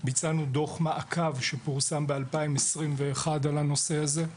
ביצענו דוח מעקב שפורסם ב-2021 על הנושא הזה,